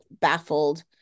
baffled